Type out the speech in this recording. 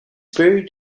buried